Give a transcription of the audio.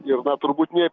ir turbūt nė